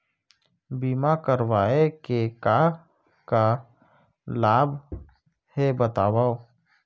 बीमा करवाय के का का लाभ हे बतावव?